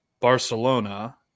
Barcelona